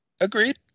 Agreed